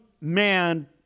man